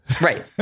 Right